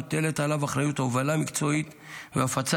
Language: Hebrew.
מוטלת עליו אחריות להובלה מקצועית והפצת